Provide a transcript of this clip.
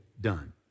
done